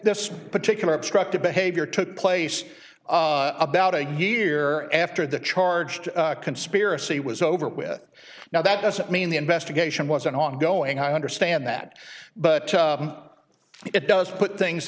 this particular obstructive behavior took place about a year after the charge to conspiracy was over with now that doesn't mean the investigation wasn't ongoing i understand that but it does put things